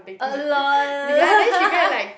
err lol